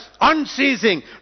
Unceasing